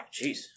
Jeez